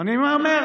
אני מהמר.